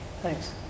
Thanks